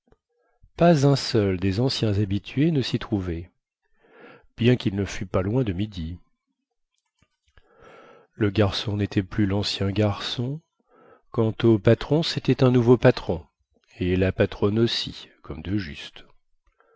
pas un seul des anciens habitués ne sy trouvait bien quil ne fût pas loin de midi le garçon nétait plus lancien garçon quant au patron cétait un nouveau patron et la patronne aussi comme de juste